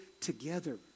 together